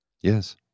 Yes